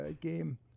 game